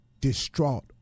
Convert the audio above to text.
distraught